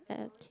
okay